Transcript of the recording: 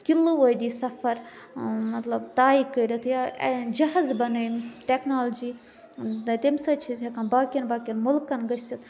kilo وٲدی سَفر مطلب طے کٔرِتھ یا جَہازٕ بَنٲوۍ أمِس ٹٮ۪کنالجی تَمہِ سۭتۍ چھِ أسۍ ہٮ۪کان باقیَن باقیَن مُلکَن گٔژھِتھ